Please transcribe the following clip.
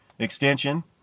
extension